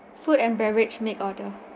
food and beverage make order